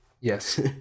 Yes